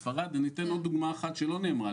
ספרד אני אתן עוד דוגמה אחת שלא נאמרה.